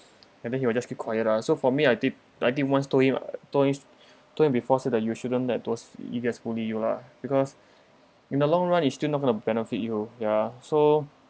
and then he will just keep quiet lah so for me I did I did once told him uh told him told him before say that you shouldn't let those guys bully you lah because in the long run it's still not going to benefit you ya so